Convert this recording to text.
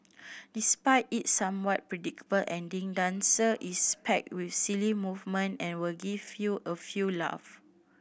despite its somewhat predictable ending Dancer is packed with silly moment and will give you a few laugh